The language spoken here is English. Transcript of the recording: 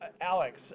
Alex